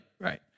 right